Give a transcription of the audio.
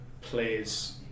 plays